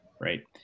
Right